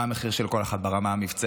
מה המחיר של כל אחת ברמה המבצעית,